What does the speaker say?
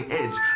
edge